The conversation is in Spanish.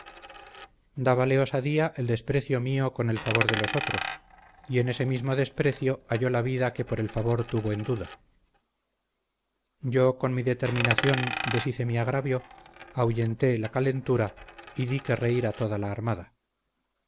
pusieron dabale osadía el desprecio mío con el favor de los otros y en ese mismo desprecio halló la vida que por el favor tuvo en duda yo con mi determinación deshice mi agravio ahuyenté la calentura y di que reír a toda la armada